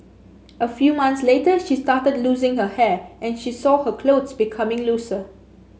a few months later she started losing her hair and she saw her clothes becoming looser